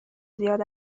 زیاد